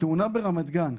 את התאונה ברמת גן,